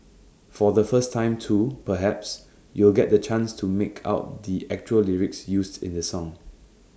for the first time too perhaps you'll get the chance to make out the actual lyrics used in the song